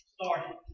started